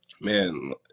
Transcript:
Man